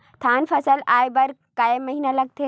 धान फसल आय बर कय महिना लगथे?